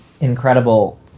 incredible